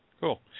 Cool